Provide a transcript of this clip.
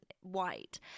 white